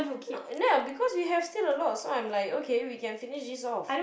not nah because we have still a lot so I'm like okay we can finish this off